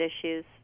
issues